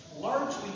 largely